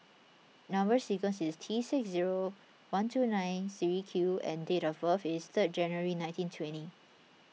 Number Sequence is T six zero one two nine three Q and date of birth is third January nineteen twenty